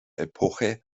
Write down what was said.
epoche